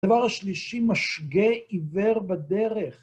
הדבר השלישי משגה עיוור בדרך.